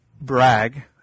brag